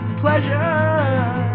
pleasure